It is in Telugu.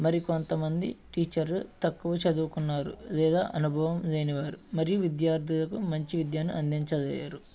మరికొంత మంది టీచర్లు తక్కువ చదువుకున్నారు లేదా అనుభవం లేని వారు మరియు విద్యార్థులకు మంచి విద్యను అందించలేరు